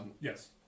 Yes